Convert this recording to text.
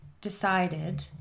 decided